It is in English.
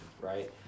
right